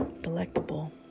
delectable